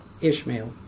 Ishmael